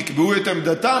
יקבעו את עמדתם?